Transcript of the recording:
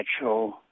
natural